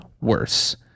worse